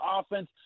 offense